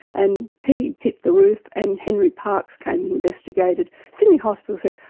and he hit the roof, and henry parkes came and investigated. sydney hospital said,